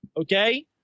Okay